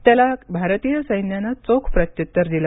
त्याला भारतीय सैन्यानं चोख प्रत्युत्तर दिलं